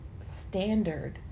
standard